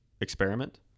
experiment